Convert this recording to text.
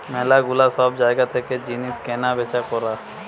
ম্যালা গুলা সব জায়গা থেকে জিনিস কেনা বেচা করা